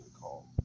call